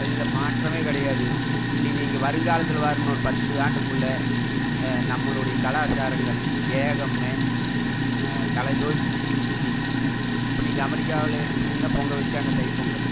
இதில் மாற்றமே கிடையாதுங்கோ இனி நீங்கள் வருங்காலத்தில் பாருங்கோ ஒரு பத்து ஆண்டுக்குள்ளே நம்மளுடைய கலாச்சாரங்கள் ஏகமுமே தலை தூக்கி நிக்கிம் இப்போ நீங்கள் அமெரிக்காவில் எடுத்ததுன்னா பொங்கல் வச்சாங்க தைப்பொங்கல்